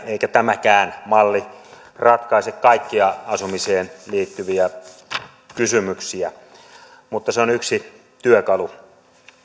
eikä tämäkään malli ratkaise kaikkia asumiseen liittyviä kysymyksiä mutta se on yksi työkalu